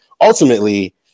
ultimately